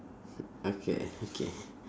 okay okay